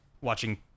watching